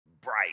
bright